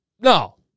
no